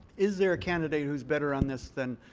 is there a candidate who's better on this than